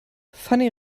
fanny